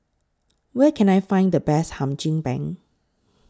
Where Can I Find The Best Hum Chim Peng